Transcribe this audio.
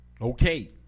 Okay